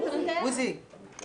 הצבעה אושרה.